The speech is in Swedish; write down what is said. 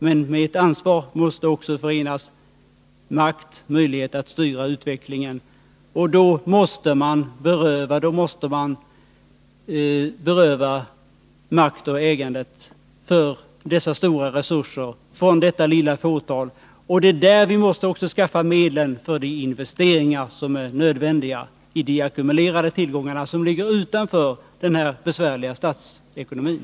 Men med ett ansvar måste förenas makt och möjlighet att styra utvecklingen, och då måste makten och ägandet när det gäller dessa stora resurser berövas det lilla fåtalet styrande. Det är i de ackumulerade tillgångarna, som ligger utanför resonemanget om den besvärliga statsekonomin, som vi måste skaffa medlen till de investeringar som är nödvändiga.